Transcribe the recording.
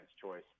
Choice